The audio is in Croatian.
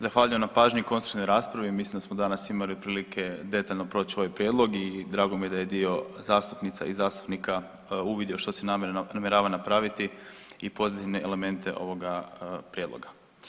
Zahvaljujem na pažnji i konstruktivnoj raspravi, mislim da smo danas imali prilike detaljno proći ovaj prijedlog i drago mi je da je dio zastupnica i zastupnika uvidio što se namjerava napraviti i pozitivne elemente ovoga prijedloga.